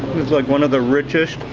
it's like one of the richest,